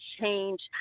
change